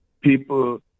people